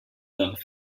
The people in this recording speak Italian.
dal